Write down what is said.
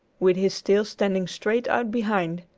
with his tail standing straight out behind,